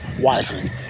wisely